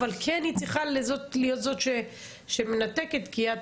אבל כן צריכה להיות זו שמנתקת כי אתה